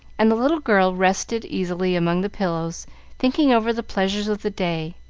and the little girl rested easily among the pillows, thinking over the pleasures of the day,